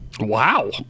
Wow